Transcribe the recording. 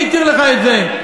מי התיר לך את זה?